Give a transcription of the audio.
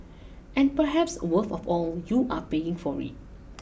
and perhaps worst of all you are paying for it